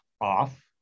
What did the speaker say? off